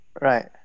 Right